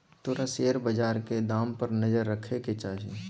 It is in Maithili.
तोरा शेयर बजारक दाम पर नजर राखय केँ चाही